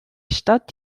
stadt